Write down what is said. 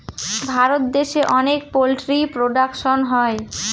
ভারত দেশে অনেক poultry production হয়